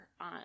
on